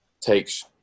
takes